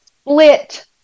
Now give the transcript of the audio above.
split